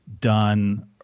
done